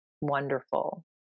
wonderful